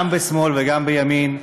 גם בשמאל וגם בימין,